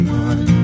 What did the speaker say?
one